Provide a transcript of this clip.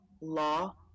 law